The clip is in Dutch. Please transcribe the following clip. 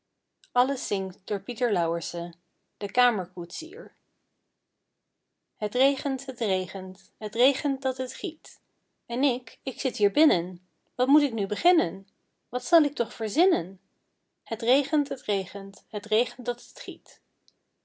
de kamer koetsier het regent het regent het regent dat het giet en ik ik zit hier binnen wat moet ik nu beginnen wat zal ik toch verzinnen het regent het regent het regent dat